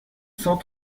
cent